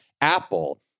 Apple